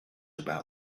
about